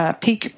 peak